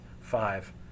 five